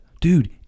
Dude